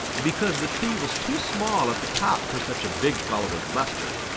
because the tree was too small at the top for such a big fellow as buster.